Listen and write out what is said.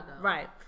Right